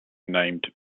named